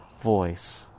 voice